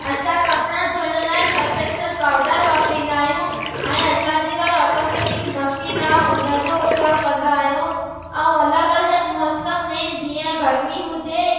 असां कपिड़ा धुअण लाइ सर्फ एक्सल पाउडर वापिरींदा आहियूं ऐं असांजे घरु ऑटोमेटिक मसीन आहे उन जो उपयोगु कंदा आहियूं ऐं अलॻि अलॻि मौसम में जीअं गर्मी हुजे